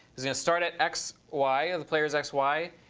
it's going to start at x, y, the player's x, y.